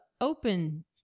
open